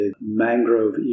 mangrove